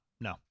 no